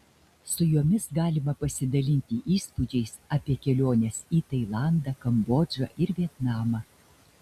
su jomis galima pasidalinti įspūdžiais apie keliones į tailandą kambodžą ir vietnamą